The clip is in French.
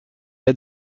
est